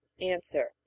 Answer